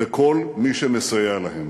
וכל מי שמסייע להם,